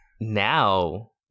Now